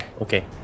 okay